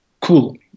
Cool